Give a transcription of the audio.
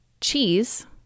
cheese